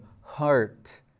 heart